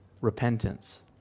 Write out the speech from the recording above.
repentance